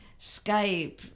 Skype